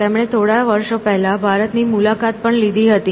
તેમણે થોડા વર્ષો પહેલા ભારતની મુલાકાત પણ લીધી હતી